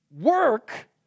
work